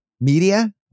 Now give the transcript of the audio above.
media